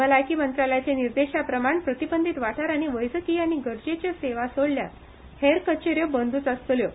भलायकी मंत्रालयाचे निर्देशांप्रमाण प्रतिबंधीत वाठारांनी वैजकी आनी गरजेच्यो सोवा सोडल्यार हेर कचे यो बंदूच आसतल्यो